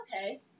Okay